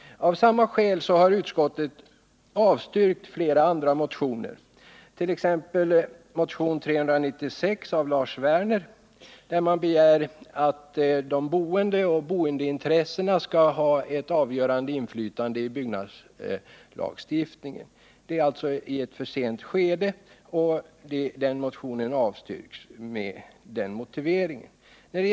Av samma skäl har utskottet avstyrkt flera andra motioner, t.ex. motionen 396 av Lars Werner m.fl. I den begärs att de boende eller boendeintressena skall ha ett avgörande inflytande över utformningen av bygglagstiftningen. Förslaget framförs alltså i ett för sent skede.